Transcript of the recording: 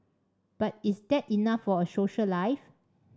but is that enough for a social life